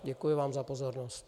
Děkuji vám za pozornost.